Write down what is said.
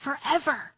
forever